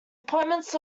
appointments